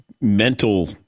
mental